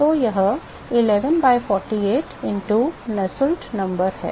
तो वह 11 by 48 into Nusselt number है